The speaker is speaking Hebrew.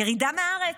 ירידה מהארץ,